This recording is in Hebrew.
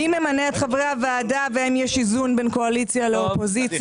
מי ממנה את חברי הוועדה והאם יש איזון בין קואליציה לאופוזיציה?